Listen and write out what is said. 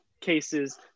cases